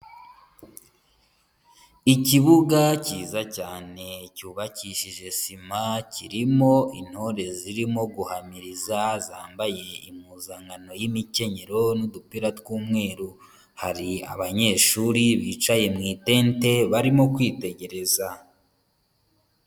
Ikibuga cyiza cyane cyubakishije sima kirimo intore zirimo guhamiriza zambaye impuzankano y'imikenyero n'udupira tw'umweru. Hari abanyeshuri bicaye mu itente barimo kwitegereza.